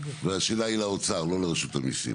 והשאלה היא לאוצר, לא לרשות המיסים.